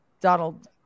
Donald